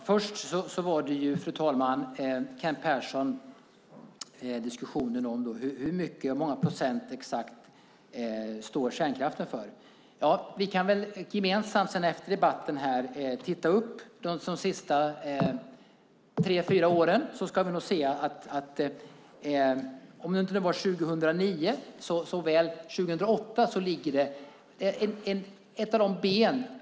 Fru talman! Kent Persson tar upp diskussionen om hur många procent som kärnkraften står för. Vi kan kanske gemensamt efter debatten leta upp de senaste tre fyra åren. Då ska vi nog få se att om det inte var 2009, så ligger det där 2008.